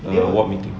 ya ward meeting